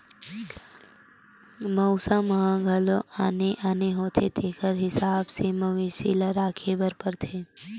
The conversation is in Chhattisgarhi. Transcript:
मउसम ह घलो आने आने होथे तेखर हिसाब ले मवेशी ल राखे बर परथे